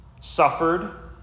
suffered